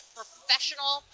professional